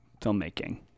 filmmaking